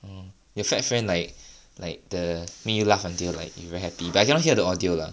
mm is that friend like like the make you laugh until like you very happy but I cannot hear the audio lah